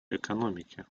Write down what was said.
экономике